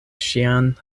ŝian